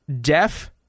deaf